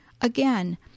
Again